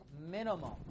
minimum